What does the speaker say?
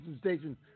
station